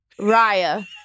Raya